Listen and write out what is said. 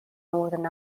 northern